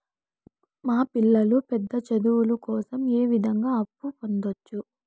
మా పిల్లలు పెద్ద చదువులు కోసం ఏ విధంగా అప్పు పొందొచ్చు?